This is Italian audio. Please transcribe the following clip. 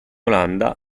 olanda